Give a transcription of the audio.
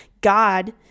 God